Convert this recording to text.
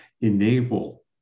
enable